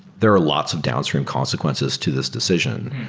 there are lots of downstream consequences to this decision,